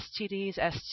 STDs